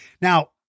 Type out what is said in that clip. Now